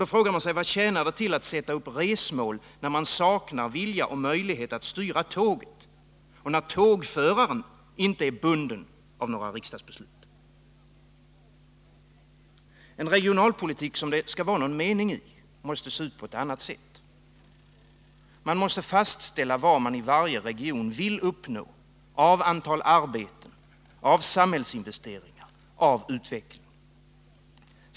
— Man frågar sig vad det tjänar till att sätta upp resmål, när man saknar vilja och möjlighet att styra tåget, och när tågföraren inte är bunden av några riksdagsbeslut. En regionalpolitik som det är någon mening i måste se ut på ett annat sätt. Man måste fastställa vad man i varje region vill uppnå av antal arbeten, av samhällsinvesteringar, av utveckling.